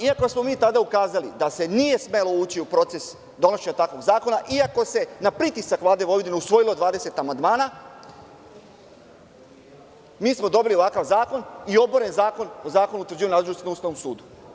Iako smo mi tada ukazali da se nije smelo ući u proces donošenja takvog zakona, iako se na pritisak Vlade Vojvodine usvojilo 20 amandmana, mi smo dobili ovakav zakon i oboren je Zakon o Zakonu o utvrđivanju nadležnosti na Ustavnom sudu.